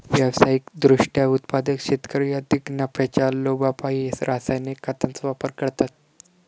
व्यावसायिक दृष्ट्या उत्पादक शेतकरी अधिक नफ्याच्या लोभापायी रासायनिक खतांचा वापर करतात